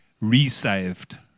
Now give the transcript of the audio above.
resaved